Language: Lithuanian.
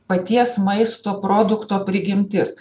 paties maisto produkto prigimtis